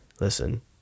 listen